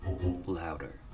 louder